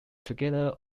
together